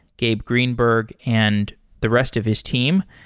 gabe greenberg, and the rest of his team.